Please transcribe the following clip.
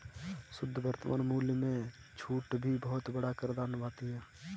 शुद्ध वर्तमान मूल्य में छूट भी बहुत बड़ा किरदार निभाती है